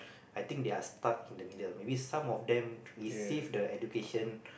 I think they are stuck in the middle maybe some of them receive the education